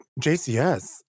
JCS